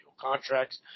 contracts